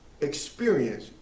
experience